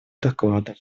докладов